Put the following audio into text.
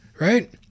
right